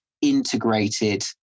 integrated